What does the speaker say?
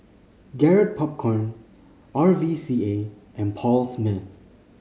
Garrett Popcorn R V C A and Paul Smith